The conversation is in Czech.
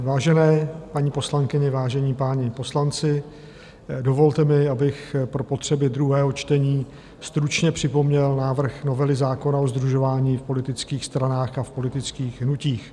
Vážené paní poslankyně, vážení páni poslanci, dovolte mi, abych pro potřeby druhého čtení stručně připomněl návrh novely zákona o sdružování v politických stranách a v politických hnutích.